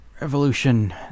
revolution